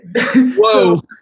Whoa